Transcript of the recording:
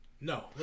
No